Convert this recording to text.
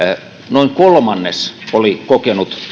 noin kolmannes oli kokenut